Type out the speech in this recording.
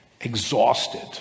exhausted